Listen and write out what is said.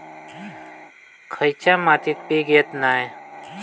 खयच्या मातीत पीक येत नाय?